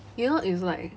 you know it's like